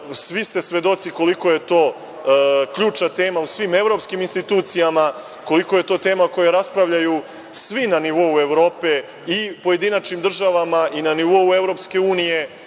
svi ste svedoci koliko je to ključna tema u svim evropskim institucijama, koliko je to tema o kojoj raspravljaju svi na nivou Evrope i pojedinačnim državama i na nivou EU i